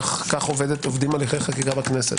כך עובדים הליכי חקיקה בכנסת.